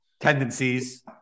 Tendencies